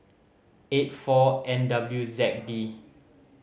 eight four N W Z D